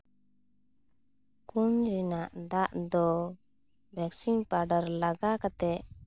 ᱠᱩᱧ ᱨᱮᱱᱟᱜ ᱫᱟᱜ ᱫᱚ ᱵᱷᱮᱠᱥᱤᱱ ᱯᱟᱣᱰᱟᱨ ᱞᱟᱜᱟᱣ ᱠᱟᱛᱮᱫ